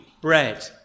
bread